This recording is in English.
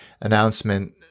announcement